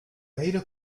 gaire